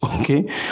okay